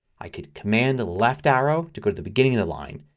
i could command left arrow to go to the beginning of the line.